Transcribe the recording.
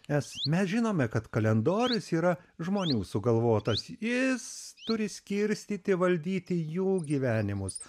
nes mes žinome kad kalendorius yra žmonių sugalvotas jis turi skirstyti valdyti jų gyvenimus